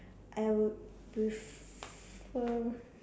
I would prefer